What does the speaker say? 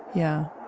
yeah.